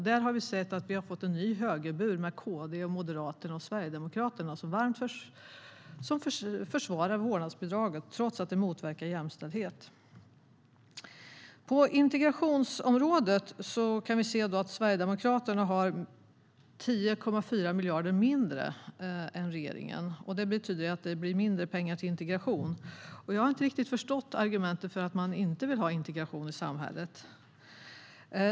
Där har vi fått en nu högerbur med KD, Moderaterna och Sverigedemokraterna, som försvarar vårdnadsbidraget trots att det motverkar jämställdhet. På integrationsområdet ser vi att Sverigedemokraterna har 10,4 miljarder mindre än regeringen. Det betyder att det blir mindre pengar till integration. Jag har inte riktigt förstått argumentet för att inte vilja ha integration i samhället.